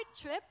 trip